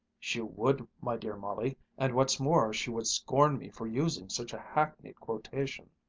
she would, my dear molly, and what's more, she would scorn me for using such a hackneyed quotation.